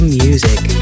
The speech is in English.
music